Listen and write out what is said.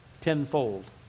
tenfold